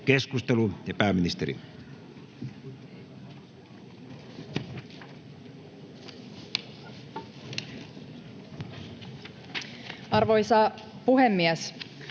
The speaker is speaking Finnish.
Keskustelu, pääministeri. Arvoisa puhemies!